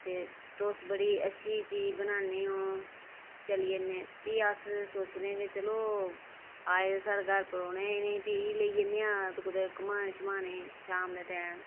ते तुस बड़ी अच्छी चीज बनान्ने ओ चली जन्ने भी अस सोचने भी आए दे साढ़े घर परौह्ने इ'नें ई भी लेई जन्ने आं कुतै घुमाने शुमाने ई शाम दे टैम